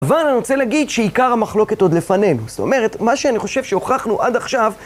אבל אני רוצה להגיד שעיקר המחלוקת עוד לפנינו, זאת אומרת, מה שאני חושב שהוכחנו עד עכשיו...